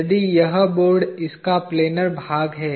यदि यह बोर्ड इसका प्लैनर भाग है